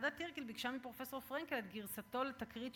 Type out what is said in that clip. ועדת טירקל ביקשה מפרופסור פרנקל את גרסתו לתקרית